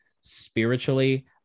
spiritually